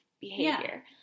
behavior